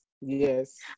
Yes